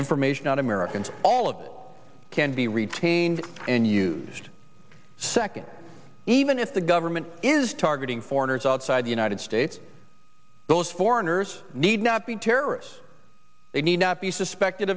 information on americans or all of them can be retained and used second even if the government is targeting foreigners outside the united states those foreigners need not be terrorists they need not be suspected